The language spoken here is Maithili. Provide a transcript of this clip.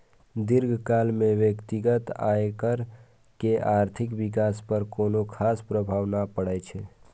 दीर्घकाल मे व्यक्तिगत आयकर के आर्थिक विकास पर कोनो खास प्रभाव नै पड़ै छै